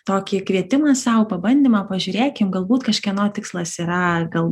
tokį kvietimą sau pabandymą pažiūrėkim galbūt kažkieno tikslas yra gal